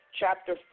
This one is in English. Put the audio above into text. chapter